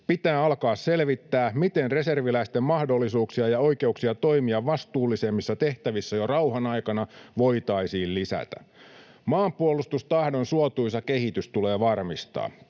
Pitää alkaa selvittää, miten reserviläisten mahdollisuuksia ja oikeuksia toimia vastuullisemmissa tehtävissä jo rauhan aikana voitaisiin lisätä. Maanpuolustustahdon suotuisa kehitys tulee varmistaa.